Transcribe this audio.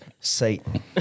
Satan